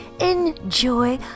Enjoy